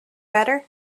better